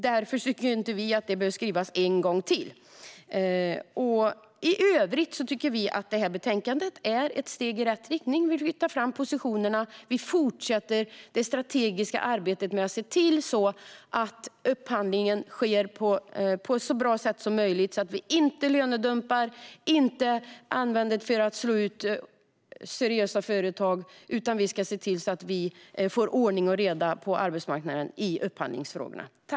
Därför tycker vi inte att det behöver skrivas om det en gång till. I övrigt tycker vi att betänkandet är ett steg i rätt riktning. Vi flyttar fram positionerna och fortsätter det strategiska arbetet med att se till att upphandlingarna sker på ett så bra sätt som möjligt, så att vi inte lönedumpar eller använder dem för att slå ut seriösa företag utan ser till att vi får ordning och reda på arbetsmarknaden i upphandlingsfrågorna.